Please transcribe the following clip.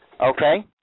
Okay